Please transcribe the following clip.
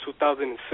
2006